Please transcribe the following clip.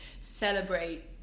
celebrate